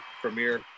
premiere